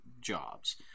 jobs